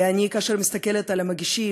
כאשר אני מסתכלת על המגישים,